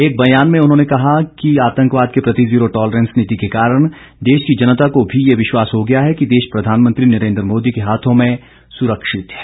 एक बयान में उन्होंने कहा है कि आतंकवाद के प्रति जीरो टॉलरेंस नीति के कारण देश की जनता को भी ये विश्वास हो गया है कि देश प्रधानमंत्री नरेन्द्र मोदी के हाथों में सुरक्षित है